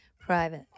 private